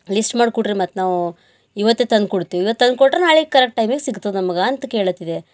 list ಮಾಡ್ಕೊಡ್ರಿ ಮತ್ತು ನಾವೂ ಇವತ್ತು ತಂದು ಕೊಡ್ತೀವಿ ಇವತ್ತು ತಂದ್ಕೊಟ್ರೆ ನಾಳೆಗ್ ಕರೆಟ್ ಟೈಮಿಗೆ ಸಿಗ್ತದ ನಮ್ಗೆ ಅಂತ ಕೇಳತ್ತಿದೆ